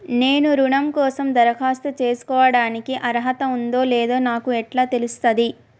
నేను రుణం కోసం దరఖాస్తు చేసుకోవడానికి అర్హత ఉందో లేదో నాకు ఎట్లా తెలుస్తది?